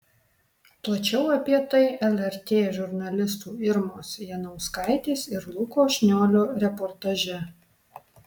plačiau apie tai lrt žurnalistų irmos janauskaitės ir luko šniolio reportaže